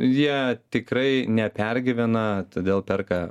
jie tikrai nepergyvena todėl perka